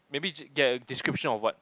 maybe get a description of what